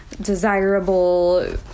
desirable